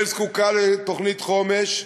ישראל זקוקה לתוכנית חומש,